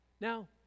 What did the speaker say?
Now